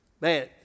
Man